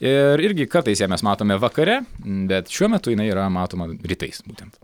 ir irgi kartais ją mes matome vakare bet šiuo metu jinai yra matoma rytais būtent